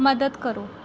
ਮਦਦ ਕਰੋ